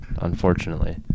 unfortunately